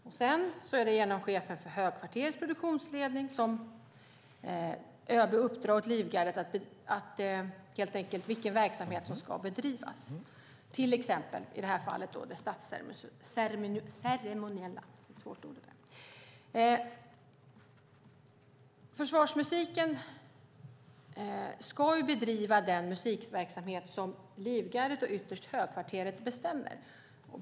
Efter det är det genom chefen för Högkvarterets produktionsledning som ÖB uppdrar åt Livgardet vilken verksamhet som ska bedrivas, till exempel den statsceremoniella. Försvarsmusiken ska bedriva den musikverksamhet som Livgardet och ytterst Högkvarteret bestämmer.